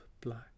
black